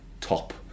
top